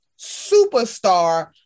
superstar